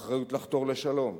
האחריות לחתור לשלום,